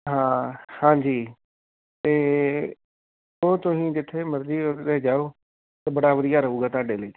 ਹਾਂ ਹਾਂਜੀ ਅਤੇ ਉਹ ਤੁਸੀਂ ਜਿੱਥੇ ਮਰਜ਼ੀ ਉਹਦੇ 'ਤੇ ਜਾਓ ਬੜਾ ਵਧੀਆ ਰਹੂਗਾ ਤੁਹਾਡੇ ਲਈ